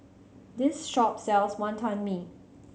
this shop sells Wantan Mee